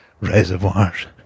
reservoirs